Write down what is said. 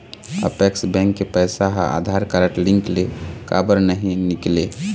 Apex bank के पैसा हा आधार कारड लिंक ले काबर नहीं निकले?